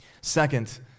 Second